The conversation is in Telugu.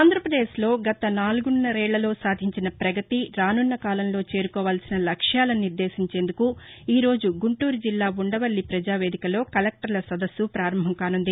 ఆంధ్రప్రదేశ్లో గత నాలుగున్నరేళ్లలో సాధించిన ప్రగతి రానున్నకాలంలో చేరుకోవాల్సిన లక్ష్యాలను నిర్దేశించేందుకు ఈ రోజు గుంటూరు జిల్లా ఉండవల్లి పజావేదికలో కలెక్టర్ల సదస్సు పారంభం కానుంది